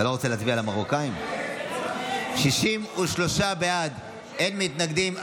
63 בעד, אין מתנגדים.